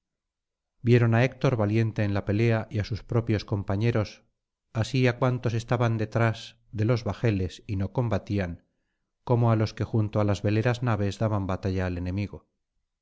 vieron á héctor valiente en la pelea y á sus propios compañeros así á cuantos estaban detrás de los bajeles y no combatían como á los que junto á las veleras naves daban batalla al enemigo